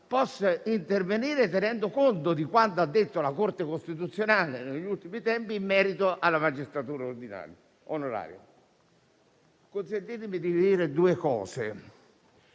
possa intervenire tenendo conto di quanto ha detto la Corte costituzionale negli ultimi tempi in merito alla magistratura onoraria. Colleghi, consentitemi alcune